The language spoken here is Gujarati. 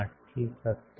8 થી 17